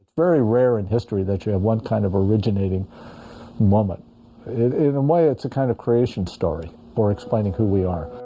very rare in history that you have one kind of originating moment in a um way. it's a kind of creation story for explaining who we are